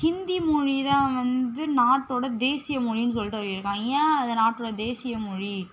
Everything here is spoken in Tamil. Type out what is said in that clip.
ஹிந்தி மொழி தான் வந்து நாட்டோடய தேசிய மொழின்னு சொல்லிட்டு இருக்கான் ஏன் அது நாட்டோடய தேசிய மொழி